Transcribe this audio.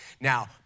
Now